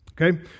okay